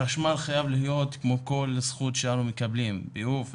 החשמל חייב להיות כמו כל זכות שאנו מקבלים ביוב,